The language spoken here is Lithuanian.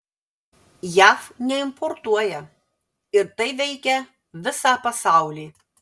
jav neimportuoja ir tai veikia visą pasaulį